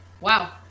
wow